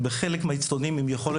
בחלק מהאצטדיונים יש לנו מצלמות עם יכולת